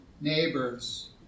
neighbors